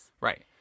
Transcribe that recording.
Right